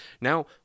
Now